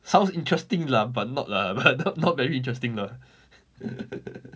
sounds interesting lah but not lah but not not very interesting lah